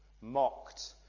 mocked